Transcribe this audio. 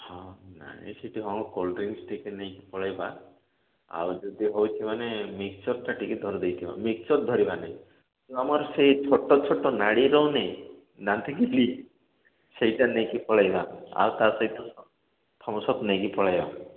ହଁ ନାଇଁ ସେଇଠି ହଁ କୋଲ୍ଡ ଡ୍ରିଙ୍କ୍ସ୍ ଟିକେ ନେଇକି ଟିକେ ପଳାଇବା ଆଉ ଯଦି ହେଉଛି ମାନେ ମିକ୍ସଚର୍ଟା ଟିକେ ଧରି ଦେଇଥିବା ମିକ୍ସଚର୍ ଧରିବା ନାଇଁ ଆମର ସେ ଛୋଟ ଛୋଟ ନାଡ଼ି ରହୁନେଇ ଦାନ୍ତକିଲି ସେଇଟା ନେଇକି ପଳାଇବା ଆଉ ତା ସହିତ ଥମ୍ସ୍ଅପ୍ ନେଇକି ପଳାଇବା